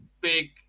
big